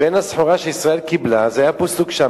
בין יתר הסחורה שישראל קיבלה היה פיסטוק-שאמי,